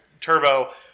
Turbo